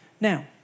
Now